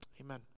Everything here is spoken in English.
amen